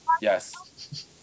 Yes